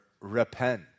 repent